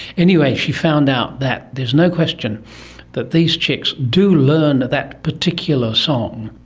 anyway, she found out that there is no question that these chicks do learn that particular song.